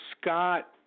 Scott